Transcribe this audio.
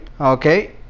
Okay